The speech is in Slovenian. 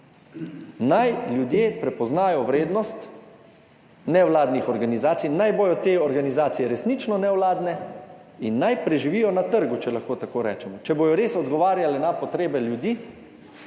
Naj ljudje prepoznajo vrednost nevladnih organizacij, naj bodo te organizacije resnično nevladne in naj preživijo na trgu, če lahko tako rečemo. Če bodo res odgovarjale na potrebe ljudi,